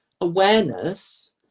awareness